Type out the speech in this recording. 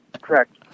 correct